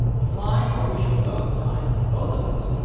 fly, or we shall both die both of us!